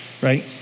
right